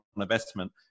investment